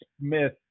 Smith